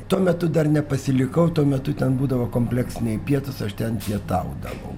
tuo metu dar nepasilikau tuo metu ten būdavo kompleksiniai pietūs aš ten pietaudavau